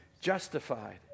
justified